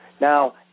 Now